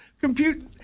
compute